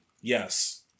Yes